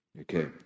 Okay